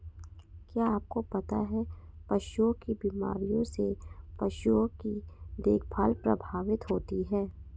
क्या आपको पता है पशुओं की बीमारियों से पशुओं की देखभाल प्रभावित होती है?